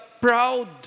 proud